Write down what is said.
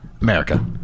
America